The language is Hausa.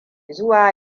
zuwa